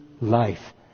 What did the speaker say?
life